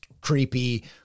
creepy